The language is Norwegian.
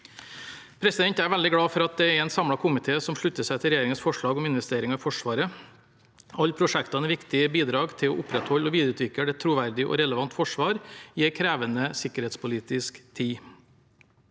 Jeg er veldig glad for at det er en samlet komité som slutter seg til regjeringens forslag om investeringer i Forsvaret. Alle prosjektene er viktige bidrag til å opprettholde og videreutvikle et troverdig og relevant forsvar i en krevende sikkerhetspolitisk tid.